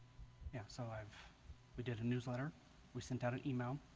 yeah so i've we did a newsletter we sent out an email.